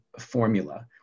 formula